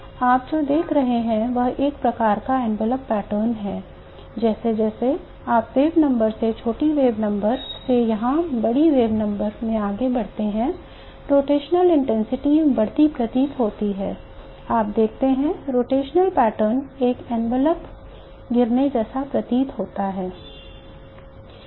तो आप जो देख रहे हैं वह एक प्रकार का envelope pattern है जैसे जैसे आप wave number में छोटी wave number से यहां बड़ी wave number में आगे बढ़ते हैं रोटेशनल इंटेंसिटी बढ़ती प्रतीत होती है आप देखते हैं रोटेशनल पैटर्न एक लिफाफा गिरने जैसा प्रतीत होता है